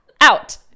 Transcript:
out